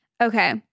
Okay